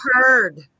heard